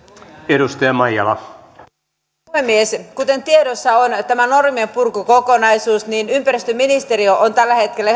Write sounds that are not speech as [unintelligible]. arvoisa puhemies kuten tiedossa on tässä normienpurkukokonaisuudessa ympäristöministeriö on ehdottomasti ykkössijalla tällä hetkellä [unintelligible]